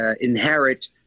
inherit